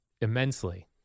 immensely